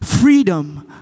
Freedom